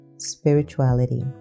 spirituality